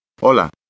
hola